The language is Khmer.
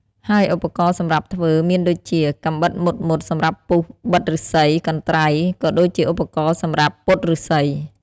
ហើយឧបករណ៍សម្រាប់ធ្វើមានដូចជា កាំបិតមុតៗសម្រាប់ពុះបិតឫស្សី កន្ត្រៃ ក៏ដូចជាឧបករណ៍សម្រាប់ពត់ឫស្សី។